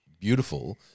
beautiful